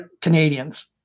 Canadians